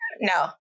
No